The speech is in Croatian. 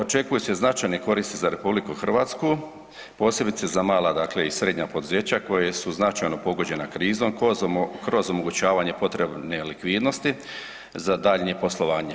Očekuje se značajne koristi za RH, posebice za mala dakle i srednja poduzeća koja su značajno pogođena krizom kroz omogućavanje potrebne likvidnosti za daljnje poslovanje.